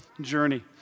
journey